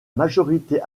majorité